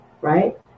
right